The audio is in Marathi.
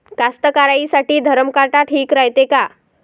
कास्तकाराइसाठी धरम काटा ठीक रायते का?